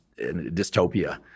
dystopia